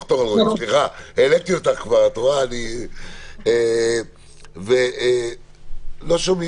אלרעי, ולא שומעים.